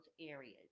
areas